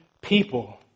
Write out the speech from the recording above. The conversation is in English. people